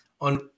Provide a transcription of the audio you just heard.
on